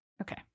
Okay